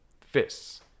fists